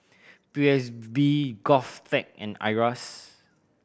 P S B GovTech and IRAS